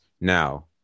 Now